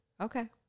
okay